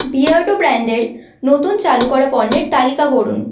Beardo ব্র্যান্ডের নতুন চালু করা পণ্যের তালিকা করুন